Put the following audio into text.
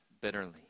bitterly